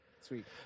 Sweet